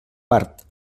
part